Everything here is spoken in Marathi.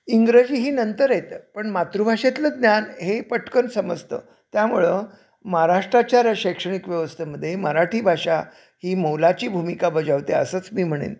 इंग्रजी ही नंतर येतं पण मातृभाषेतलं ज्ञान हे पटकन समजतं त्यामुळं महाराष्ट्राच्या शैक्षणिक व्यवस्थेमध्ये मराठी भाषा ही मोलाची भूमिका बजावते असंच मी म्हणेन